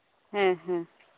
ᱦᱮᱸ ᱦᱮᱸ